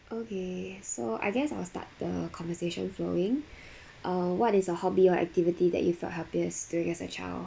okay so I guess I'll start the conversation flowing uh what is a hobby or activity that you felt happiest doing as a child